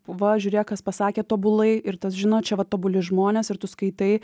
va žiūrėk kas pasakė tobulai ir tas žino čia va tobuli žmonės ir tu skaitai